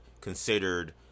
considered